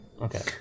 Okay